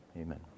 amen